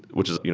which is